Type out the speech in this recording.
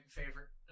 favorite